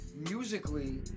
Musically